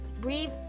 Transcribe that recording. breathe